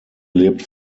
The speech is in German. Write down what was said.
lebt